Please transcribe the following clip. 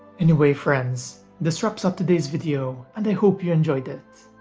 anyway friends this wraps up today's video and i hope you enjoyed it.